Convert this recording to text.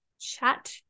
chat